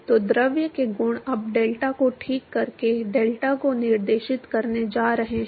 तो द्रव के गुण अब डेल्टा को ठीक करके डेल्टा को निर्देशित करने जा रहे हैं